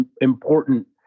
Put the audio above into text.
important